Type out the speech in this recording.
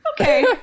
Okay